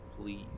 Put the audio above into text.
Please